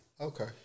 Okay